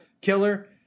killer